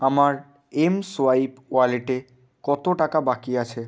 আমার এমসোয়াইপ ওয়ালেটে কতো টাকা বাকি আছে